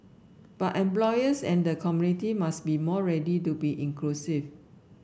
but employers and the community must be more ready to be inclusive